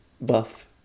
buff